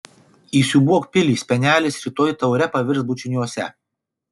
įsiūbuok pilį spenelis rytoj taure pavirs bučiniuose